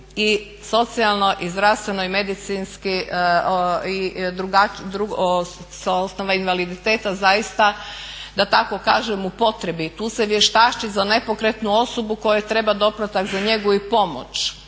i socijalno i zdravstveno i medicinski i sa osnova invaliditeta zaista da tako kažem u potrebi. Tu se vještači za nepokretnu osobu kojoj treba doplatak za njegu i pomoć.